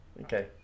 Okay